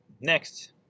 Next